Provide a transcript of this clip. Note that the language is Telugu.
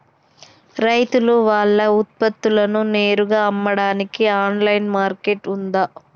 రైతులు వాళ్ల ఉత్పత్తులను నేరుగా అమ్మడానికి ఆన్లైన్ మార్కెట్ ఉందా?